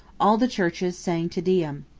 all the churches sang te deum.